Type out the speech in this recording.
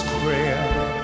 prayer